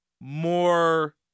more